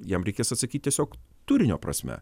jam reikės atsakyt tiesiog turinio prasme